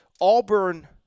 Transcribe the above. Auburn